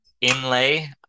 inlay